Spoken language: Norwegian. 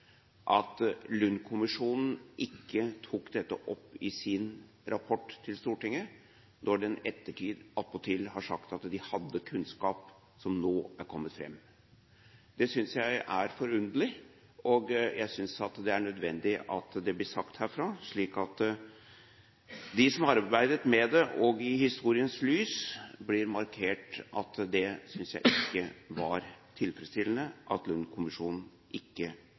at Lund-kommisjonen ikke tok dette opp i sin rapport til Stortinget, når den i ettertid attpåtil har sagt at de hadde kunnskap som nå er kommet frem. Det synes jeg er forunderlig, og jeg synes det er nødvendig at det blir markert herfra, sett i historiens lys. Jeg synes ikke det var tilfredsstillende at Lund-kommisjonen ikke